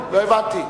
לא הבנתי.